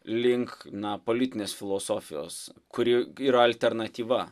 link na politinės filosofijos kuri yra alternatyva